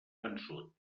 vençut